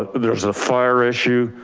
there's a fire issue,